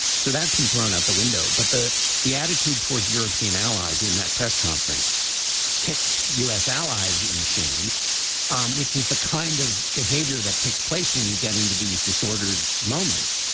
so that's been thrown out the window. but the the attitude towards european allies in that press conference kicked u s. allies in the shins um which is the kind of behavior that takes place when you get into these disordered moments.